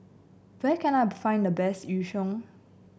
where can I find the best Yu Sheng